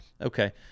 okay